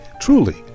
truly